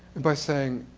by saying,